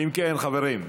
אם כן, חברים,